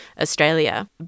Australia